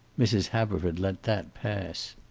mrs. haverford let that pass.